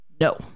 No